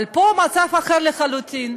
אבל פה המצב אחר לחלוטין.